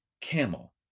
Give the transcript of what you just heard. camel